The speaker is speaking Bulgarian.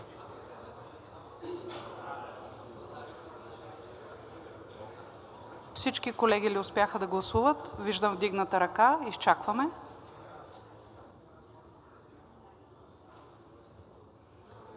Всички колеги ли успяха да гласуват? Виждам вдигнати ръце.